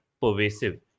pervasive